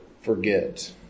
forget